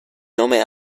nome